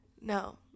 No